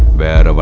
bad. but